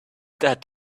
that